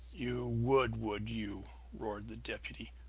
you would, would you! roared the deputy.